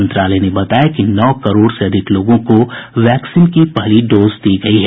मंत्रालय ने बताया कि नौ करोड से अधिक लोगों को वैक्सीन की पहली डोज दी गई है